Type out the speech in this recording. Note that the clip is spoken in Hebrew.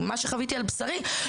מה שחוויתי על בשרי,